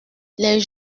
les